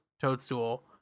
Toadstool